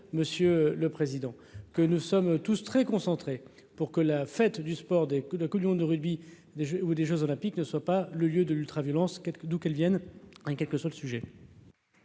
Monsieur le Président, que nous sommes tous très concentrés pour que la fête du sport, des coups de Coupe du monde de rugby des jeux ou des Jeux olympiques ne soit pas le lieu de l'ultraviolence, d'où qu'elle Vienne, hein, quelque soit le sujet.